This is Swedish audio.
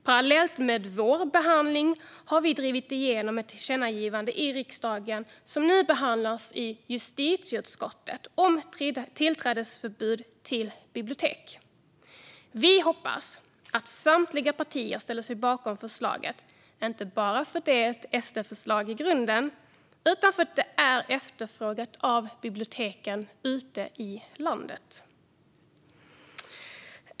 Parallellt med vår behandling har vi drivit igenom ett tillkännagivande i riksdagen som nu behandlas i justitieutskottet, om tillträdesförbud till bibliotek. Vi hoppas att samtliga partier ställer sig bakom förslaget, inte bara för att det är ett SD-förslag i grunden, utan för att det är efterfrågat av biblioteken ute i landet.